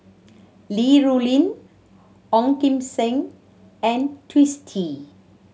Li Rulin Ong Kim Seng and Twisstii